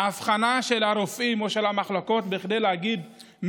האבחנה של הרופאים או של המחלקות שאומרים